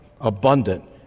abundant